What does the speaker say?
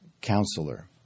Counselor